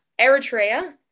Eritrea